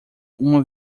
uma